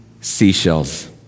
seashells